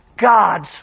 God's